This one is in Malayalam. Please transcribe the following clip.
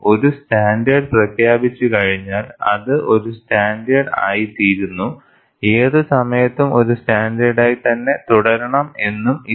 ഒരു സ്റ്റാൻഡേർഡ് പ്രഖ്യാപിച്ചു കഴിഞ്ഞാൽ അത് ഒരു സ്റ്റാൻഡേർഡ് ആയിത്തീരുന്നു ഏത് സമയത്തും ഒരു സ്റ്റാൻഡേർഡായി തന്നെ തുടരണം എന്നും ഇല്ല